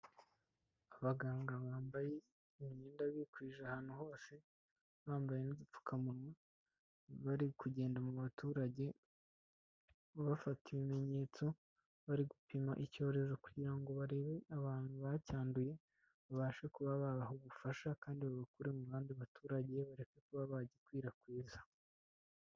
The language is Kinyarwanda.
Abaganga bambaye imyenda bikwije ahantu hose, bambaye n'udupfukamunwa bari kugenda mu baturage bafata ibimenyetso, bari gupima icyorezo kugira ngo barebe abantu bacyanduye babashe kuba babaha ubufasha kandi babakure mu bandi baturage bareke kuba bagikwirakwiza.